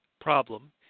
problem